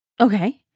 Okay